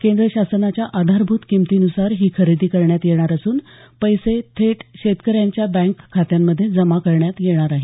केंद्र शासनाच्या आधारभूत किमतीनुसार ही खरेदी करण्यात येणार असून पैसे थेट शेतकऱ्यांच्या बँक खात्यांमध्ये जमा करण्यात येणार आहेत